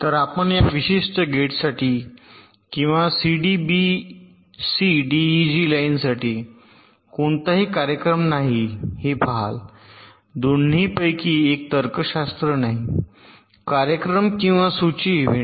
तर आपण या विशिष्ट गेटसाठी किंवा सीडीबीसीडीईजी लाइनसाठी कोणताही कार्यक्रम नाही हे पहाल दोन्हीपैकी एक तर्कशास्त्र नाही कार्यक्रम किंवा सूची इव्हेंट